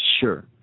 Sure